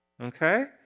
Okay